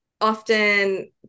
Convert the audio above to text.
often